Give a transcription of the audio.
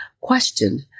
questioned